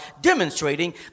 demonstrating